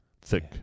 thick